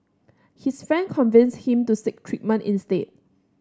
his friends convinced him to seek treatment instead